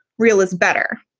real is better.